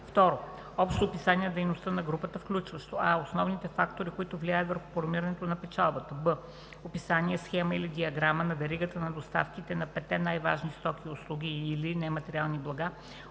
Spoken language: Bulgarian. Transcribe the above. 2. общо описание на дейността на групата, включващо: а) основни фактори, които влияят върху формирането на печалбата; б) описание, схема или диаграма на веригата на доставките на петте най-важни стоки, услуги и/или нематериални блага,